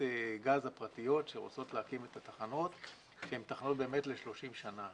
הגז הפרטיות שרוצות להקים את התחנות שהן תחנות ל-30 שנים.